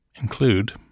include